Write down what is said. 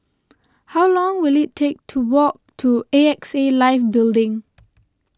how long will it take to walk to A X A Life Building